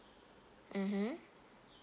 mmhmm